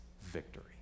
victory